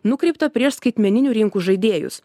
nukreiptą prieš skaitmeninių rinkų žaidėjus